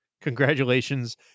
Congratulations